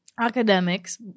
academics